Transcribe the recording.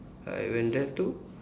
I went there too